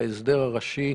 בהסדר הראשי,